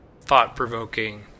thought-provoking